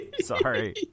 sorry